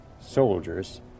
soldiers